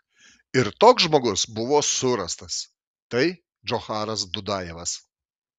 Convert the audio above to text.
ir toks žmogus buvo surastas tai džocharas dudajevas